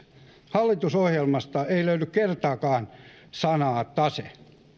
hallitusohjelmasta ei löydy kertaakaan sanaa tase